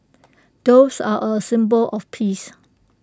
doves are A symbol of peace